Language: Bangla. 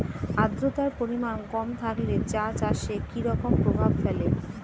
আদ্রতার পরিমাণ কম থাকলে চা চাষে কি রকম প্রভাব ফেলে?